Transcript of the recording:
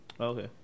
Okay